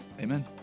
Amen